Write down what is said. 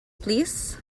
plîs